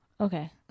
Okay